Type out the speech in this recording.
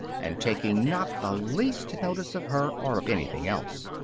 and taking not the least notice of her or of anything else.